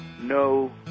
no